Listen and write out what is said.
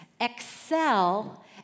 Excel